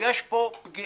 שיש פה פגיעות